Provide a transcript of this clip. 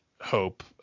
hope